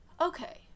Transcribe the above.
okay